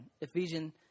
Ephesians